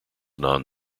non